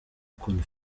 ukuntu